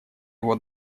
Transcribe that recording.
его